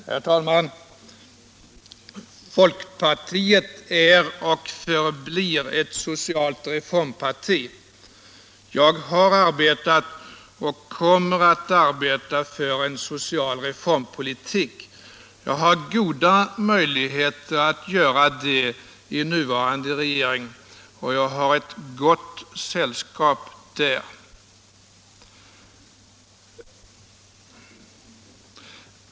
Herr talman! Folkpartiet är och förblir ett socialt reformparti. Jag har arbetat och kommer att arbeta för en social reformpolitik. Jag har goda möjligheter att göra det i nuvarande regering, och jag har ett gott sällskap där.